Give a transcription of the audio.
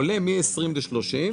עולה מ-20 ל-30.